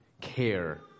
care